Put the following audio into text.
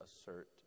assert